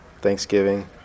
Thanksgiving